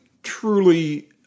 truly